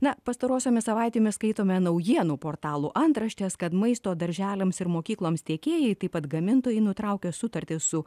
na pastarosiomis savaitėmis skaitome naujienų portalų antraštes kad maisto darželiams ir mokykloms tiekėjai taip pat gamintojai nutraukė sutartį su